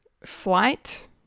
Flight